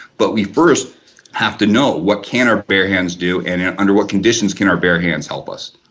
but we first have to know what can our bare hands do and yeah under what conditions can our bare hands help us